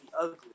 ugly